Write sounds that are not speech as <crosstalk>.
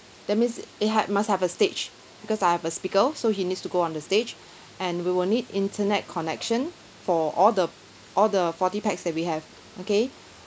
that means it had must have a stage because I have a speaker so he needs to go on the stage <breath> and we will need internet connection for all the all the forty pax that we have okay